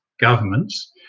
governments